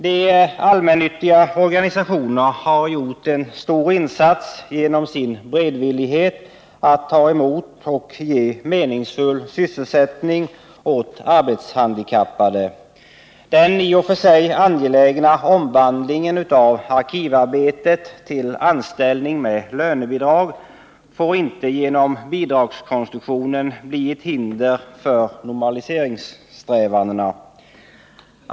De allmännyttiga organisationerna har gjort en stor insats genom sin beredvillighet att ta emot och ge meningsfull sysselsättning åt arbetshandikappade. Den i och för sig angelägna omvandlingen av arkivarbetet till anställning med lönebidrag får inte genom bidragskonstruktionen bli ett hinder för normaliseringssträvandena.